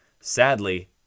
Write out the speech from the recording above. Sadly